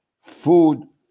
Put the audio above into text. food